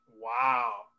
Wow